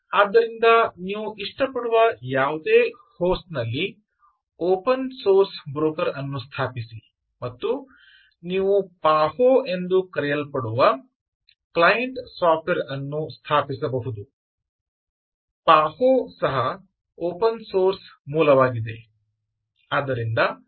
ಆದ್ದರಿಂದ ನೀವು ಇಷ್ಟಪಡುವ ಯಾವುದೇ ಹೋಸ್ಟ್ ನಲ್ಲಿ ಓಪನ್ ಸೋರ್ಸ್ ಬ್ರೋಕರ್ ಅನ್ನು ಸ್ಥಾಪಿಸಿ ಮತ್ತು ನೀವು ಪಾಹೋ ಎಂದು ಕರೆಯಲ್ಪಡುವ ಕ್ಲೈಂಟ್ ಸಾಫ್ಟ್ವೇರ್ ಅನ್ನು ಸ್ಥಾಪಿಸಬಹುದು P A H O ಸಹ ಓಪನ್ ಸೋರ್ಸ್ ಮೂಲವಾಗಿದೆ